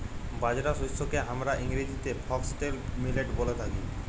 বাজরা শস্যকে হামরা ইংরেজিতে ফক্সটেল মিলেট ব্যলে থাকি